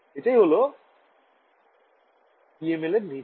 এটা হল PML এর নীতি